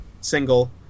single